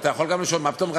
אתה יכול גם לשאול: מה פתאום רק